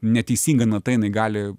neteisinga nata jinai gali